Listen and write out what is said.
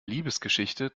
liebesgeschichte